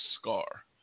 scar